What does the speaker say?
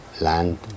land